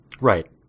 right